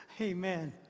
Amen